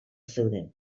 zeuden